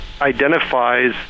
identifies